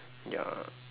ya